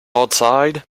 outside